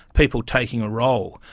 people taking a role.